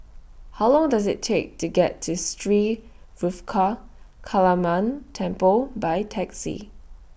How Long Does IT Take to get to Sri Ruthra Kaliamman Temple By Taxi